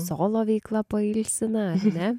solo veikla pailsina ar ne